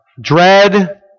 dread